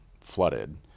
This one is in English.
flooded